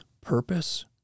purpose